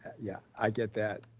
yeah, i get that.